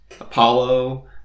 Apollo